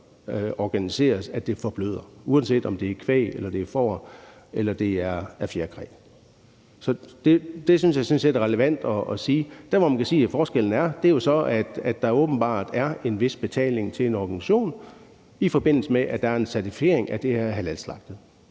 organiseres sådan, at det forbløder, uanset om det er kvæg eller får eller det er fjerkræ. Det synes jeg sådan set er relevant at sige. Der, hvor man kan sige at forskellen er, er jo så, at der er åbenbart er en vis betaling til en organisation, i forbindelse med at der er en certificering af, at det her er halalslagtet.